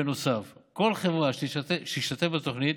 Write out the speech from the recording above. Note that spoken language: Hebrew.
בנוסף, כל חברה שתשתתף בתוכנית